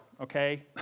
okay